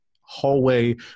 hallway